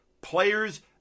players